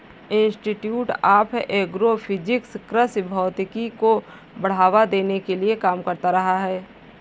institute of agro physics कृषि भौतिकी को बढ़ावा देने के लिए काम कर रहा है